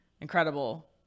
incredible